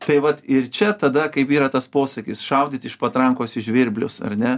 tai vat ir čia tada kaip yra tas posakis šaudyt iš patrankos į žvirblius ar ne